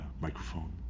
microphone